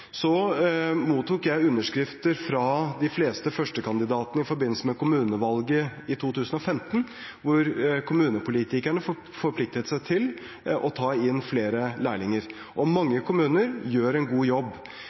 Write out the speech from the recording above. Så mottok jeg underskrifter fra de fleste førstekandidatene i forbindelse med kommunevalget i 2015, hvor kommunepolitikerne forpliktet seg til å ta inn flere lærlinger. Mange kommuner gjør en god jobb.